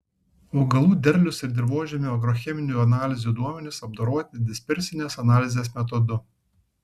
augalų derlius ir dirvožemio agrocheminių analizių duomenys apdoroti dispersinės analizės metodu